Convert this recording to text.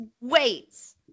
weights